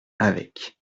avec